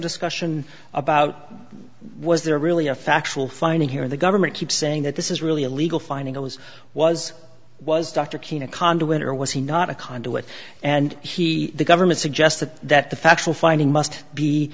discussion about was there really a factual finding here the government keeps saying that this is really a legal finding it was was was dr king a conduit or was he not a conduit and he the government suggested that the factual finding must be